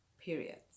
periods